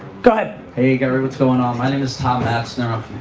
go ahead. hey, gary, what's going on? my name is tom matzner i'm